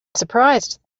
surprised